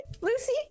Lucy